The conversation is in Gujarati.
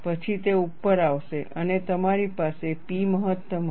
પછી તે ઉપર આવશે અને તમારી પાસે P મહત્તમ હશે